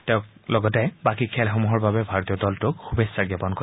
তেওঁ লগতে বাকী খেলসমূহৰ বাবে ভাৰতীয় দলটোক শুভেচ্ছা জ্ঞাপন কৰে